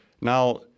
Now